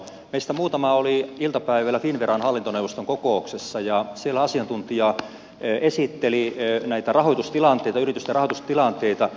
meistä muutama oli iltapäivällä finnveran hallintoneuvoston kokouksessa ja siellä asiantuntija esitteli yritysten rahoitustilanteita